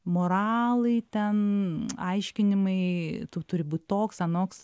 moralai ten aiškinimai tu turi būt toks anoks